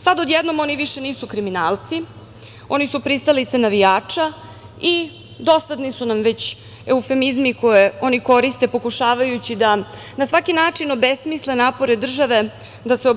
Sada, odjednom, oni više nisu kriminalci, oni su pristalice navijača i dosadni su nam već eufemizmi koji oni koriste, pokušavajući da na svaki način obesmisle napore države da se